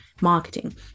marketing